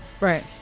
Right